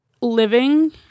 living